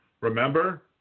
Remember